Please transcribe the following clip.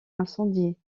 incendiée